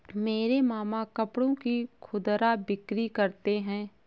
मेरे मामा कपड़ों की खुदरा बिक्री करते हैं